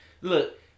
Look